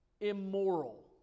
immoral